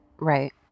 Right